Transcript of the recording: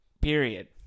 Period